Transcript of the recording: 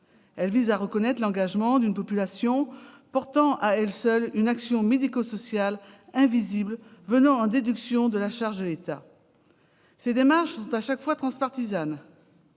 Elles visent à reconnaître l'engagement d'une population qui assume à elle seule une action médico-sociale invisible, venant en déduction de la charge de l'État. Ces démarches sont à chaque fois transpartisanes